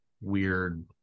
weird